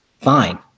fine